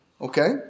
okay